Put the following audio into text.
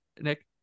nick